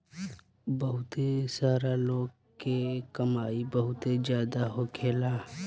बहुते सारा लोग के कमाई बहुत जादा होखेला